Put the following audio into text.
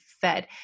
fed